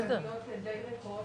שהכלביות די ריקות.